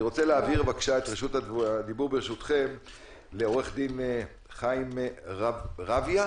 אני רוצה להעביר את רשות הדיבור לעורך-הדין חיים רביה.